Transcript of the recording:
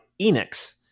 enix